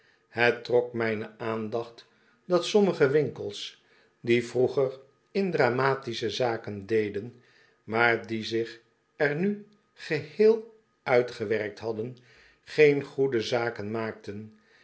het trok mijne aandacht dat sommige winkels die vroeger in dramatische zaken deden maar die zich er nu geheel uitgewerkt hadden geen goede zaken maakten